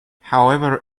however